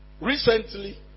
Recently